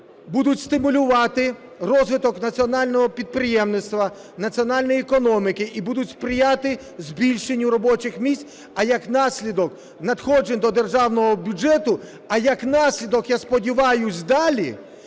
будуть стимулювати розвиток національного підприємництва, національної економіки і будуть сприяти збільшенню робочих місць, а як наслідок, надходжень до державного бюджету, а як наслідок, я сподіваюся, далі,